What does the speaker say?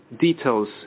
details